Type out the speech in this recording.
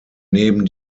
neben